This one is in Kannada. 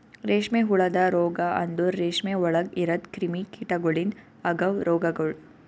ರೇಷ್ಮೆ ಹುಳದ ರೋಗ ಅಂದುರ್ ರೇಷ್ಮೆ ಒಳಗ್ ಇರದ್ ಕ್ರಿಮಿ ಕೀಟಗೊಳಿಂದ್ ಅಗವ್ ರೋಗಗೊಳ್